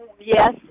Yes